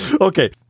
Okay